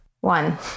one